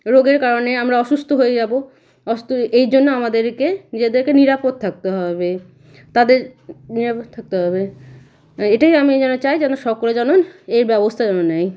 রোগের কারণে আমরা অসুস্থ হয়ে যাব অসুস্থ এই জন্য আমাদেরকে নিজেদেরকে নিরাপদ থাকতে হবে তাদের নিরাপদ থাকতে হবে এটাই আমি যেন চাই সকলে যেন এর ব্যবস্থা যেন নেয়